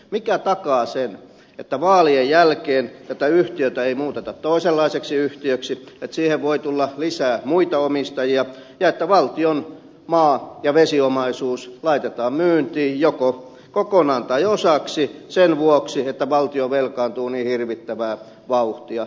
mikä takaa sen että vaalien jälkeen tätä yhtiötä ei muuteta toisenlaiseksi yhtiöksi ettei siihen voi tulla lisää muita omistajia ja ettei valtion maa ja vesiomaisuutta laiteta myyntiin joko kokonaan tai osaksi sen vuoksi että valtio velkaantuu niin hirvittävää vauhtia